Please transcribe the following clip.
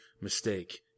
mistake